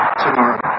tomorrow